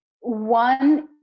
one